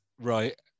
right